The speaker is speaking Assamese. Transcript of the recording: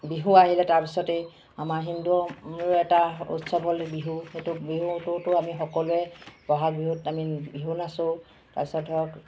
বিহু আহিলে তাৰপিছতেই আমাৰ হিন্দুৰ এটা উৎসৱ হ'ল বিহু সেইটো বিহুটোতো আমি সকলোৱে বহাগ বিহুত আমি বিহু নাচোঁ তাৰপিছত ধৰক